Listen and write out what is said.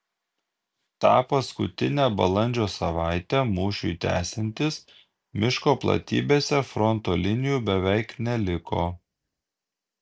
tą paskutinę balandžio savaitę mūšiui tęsiantis miško platybėse fronto linijų beveik neliko